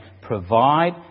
provide